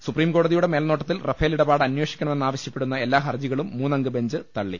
സുപ്രീംകോടതിയുടെ മേൽനോട്ടത്തിൽ റഫേൽ ഇടപാട് അന്വേഷിക്കണമെന്നാവശ്യപ്പെടുന്ന എല്ലാ ഹർജികളും മൂന്നംഗ ബെഞ്ച് തള്ളി